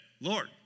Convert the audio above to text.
Lord